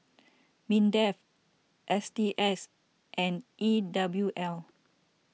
Minds S T S and E W L